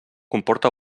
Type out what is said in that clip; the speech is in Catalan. comporta